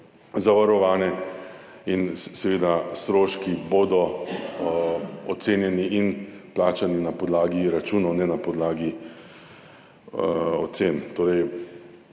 zavarovane. Seveda, stroški bodo ocenjeni in plačani na podlagi računov, ne na podlagi ocen.